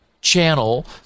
channel